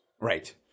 Right